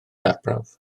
arbrawf